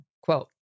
Quote